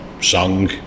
song